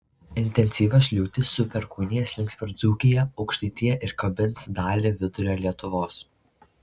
intensyvios liūtys su perkūnija slinks per dzūkiją aukštaitiją ir kabins dalį vidurio lietuvos